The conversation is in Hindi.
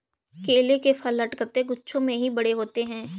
केले के फल लटकते गुच्छों में ही बड़े होते है